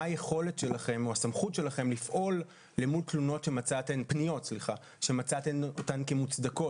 מה היכולת שלכם או הסמכות שלכם לפעול למול פניות שמצאתם אותן כמוצדקות?